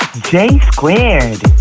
J-squared